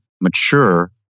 mature